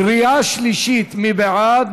קריאה שלישית, מי בעד?